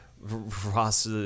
Ross